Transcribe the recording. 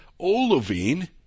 olivine